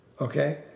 okay